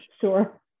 Sure